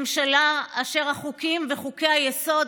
ממשלה אשר החוקים וחוקי-היסוד,